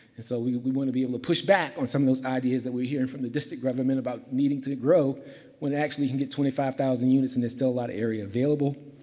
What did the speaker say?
and so we want to be able to push back on some of those ideas that we're hearing from the district government about needing to grow when they actually can get twenty five thousand units and it's still a lot of area available.